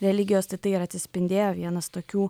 religijos tai tai ir atsispindėjo vienas tokių